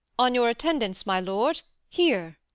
on your attendance, my lord here.